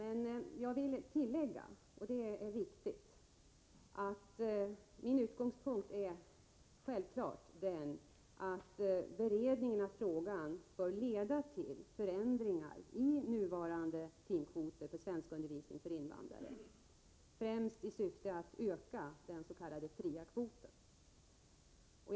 Jag vill dock tillägga — och det är viktigt — att min utgångspunkt självfallet är den att beredningen av frågan bör leda till förändringar i nuvarande timkvoter för svenskundervisningen för invandrare, främst i syfte att öka den s.k. fria kvoten.